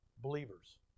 believers